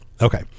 okay